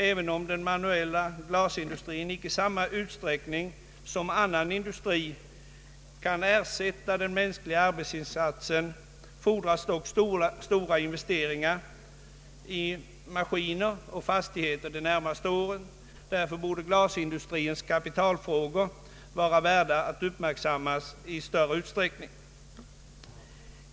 Även om glasindustrin inte i samma utsträck ning som annan industri kan ersätta den mänskliga arbetsinsatsen fordras dock stora investeringar i maskiner och fastigheter de närmaste åren. Därför borde de frågor som gäller glasindustrins kapitalbehov vara värda att uppmärksammas i större utsträckning.